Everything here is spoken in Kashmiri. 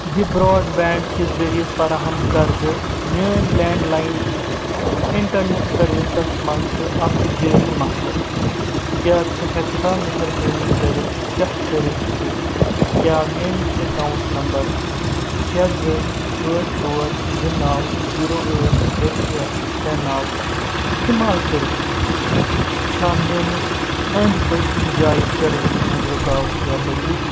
دی برٛاڈ بینٛڈ کہِ ذریعہِ فراہم کردٕ میٛٲنۍ لینٛڈ لاین انٹرنیٚٹ سٔروسَس منٛز چھِ اکھ جٲری مسلہٕ کیاہ ژٕ ہیٚکہٕ کھاہ مہربٲنی کٔرتھ چیٚک کٔرتھ زِ کیٛاہ میٛٲنس ایٚکاونٛٹ نمبر شیٚے زٕ ٲٹھ ژور زٕ نَو زیٖرو ٲٹھ ترٛےٚ شیٚے ترٛےٚ نَو استعمال کٔرتھ چھا میٛٲنس أنٛدۍ پٔکۍ جایہِ سٔروس منٛز رکاوٹ یا بنٛدش